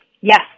Yes